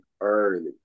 early